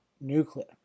Nuclear